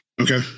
Okay